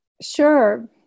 Sure